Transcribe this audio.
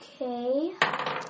Okay